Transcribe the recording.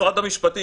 משרד המשפטים,